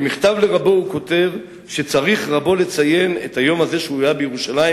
במכתב לרבו הוא כותב שצריך רבו לציין את היום זה שהוא היה בירושלים